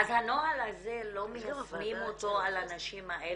אז הנוהל הזה, לא מיישמים אותו על הנשים האלה?